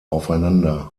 aufeinander